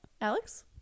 alex